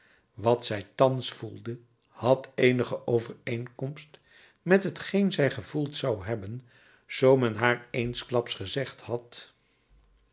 wat zij thans gevoelde had eenige overeenkomst met hetgeen zij gevoeld zou hebben zoo men haar eensklaps gezegd had